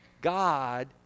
God